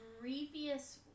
previous